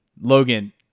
Logan